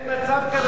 אין מצב כזה.